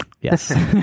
Yes